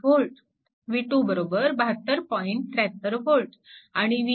73V आणि v3 27